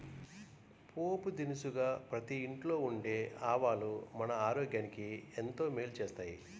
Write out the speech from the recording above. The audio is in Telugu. పోపు దినుసుగా ప్రతి ఇంట్లో ఉండే ఆవాలు మన ఆరోగ్యానికి ఎంతో మేలు చేస్తాయి